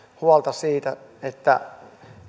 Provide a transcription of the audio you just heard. huolta siitä että